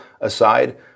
aside